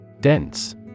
Dense